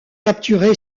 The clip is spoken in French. capturé